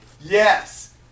Yes